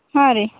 ಹಾಂ ರೀ